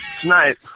Tonight